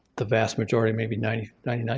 the vast majority, maybe ninety ninety nine,